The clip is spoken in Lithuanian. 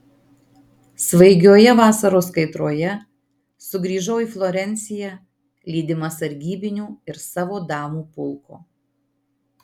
svaigioje vasaros kaitroje sugrįžau į florenciją lydima sargybinių ir savo damų pulko